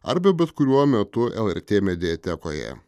arba bet kuriuo metu lrt mediatekoje